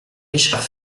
richard